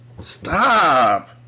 Stop